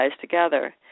together